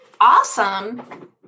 awesome